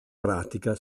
pratica